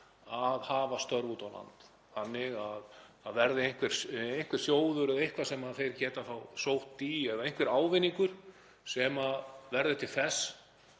að færa störf út á land, það verði einhver sjóður eða eitthvað sem þeir geta sótt í eða einhver ávinningur sem verður til þess